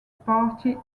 party